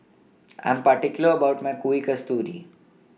I Am particular about My Kuih Kasturi